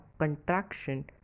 contraction